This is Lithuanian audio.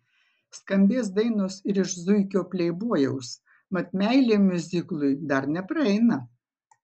skambės dainos ir iš zuikio pleibojaus mat meilė miuziklui dar nepraeina